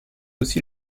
aussi